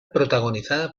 protagonizada